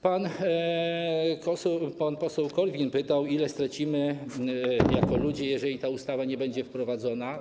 Pan poseł Korwin pytał, ile stracimy jako ludzie, jeżeli ta ustawa nie będzie wprowadzona.